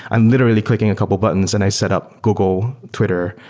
i'm literally clicking a couple of buttons and i set up google, twitter,